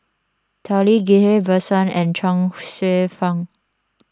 Tao Li Ghillie Basan and Chuang Hsueh Fang